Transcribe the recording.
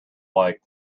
like